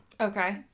Okay